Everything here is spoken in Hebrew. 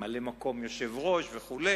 ממלא-מקום יושב-ראש וכו',